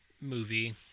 movie